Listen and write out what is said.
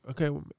okay